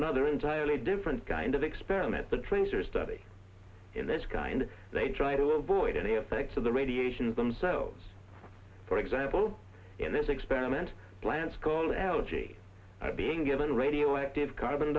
another entirely different kind of experiment the trends are study in this guy and they try to avoid any effects of the radiation themselves for example in this experiment plants called algae being given radioactive carbon